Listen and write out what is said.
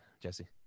Jesse